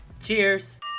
Cheers